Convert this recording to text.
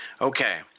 Okay